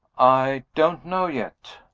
i don't know yet.